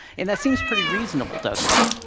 and that seems pretty reasonable doesn't it?